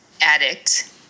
addict